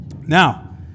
Now